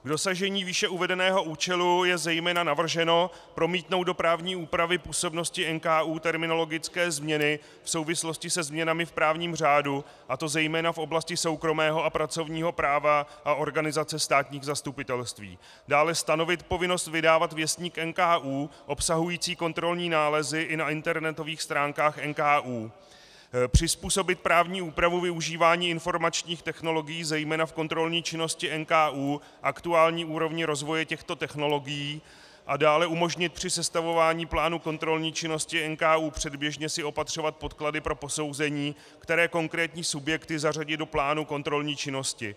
K dosažení výše uvedeného účelu je zejména navrženo promítnout do právní úpravy působnosti NKÚ terminologické změny v souvislosti se změnami v právním řádu, a to zejména v oblasti soukromého a pracovního práva a organizace státních zastupitelství, dále stanovit povinnost vydávat Věstník NKÚ obsahující kontrolní nálezy i na internetových stránkách NKÚ, přizpůsobit právní úpravu využívání informačních technologií zejména v kontrolní činnosti NKÚ aktuální úrovni rozvoje těchto technologií a dále umožnit při sestavování plánu kontrolní činnosti NKÚ předběžně si opatřovat podklady pro posouzení, které konkrétní subjekty zařadit do plánu kontrolní činnosti.